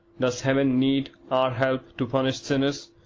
does heaven need our help to punish sinners?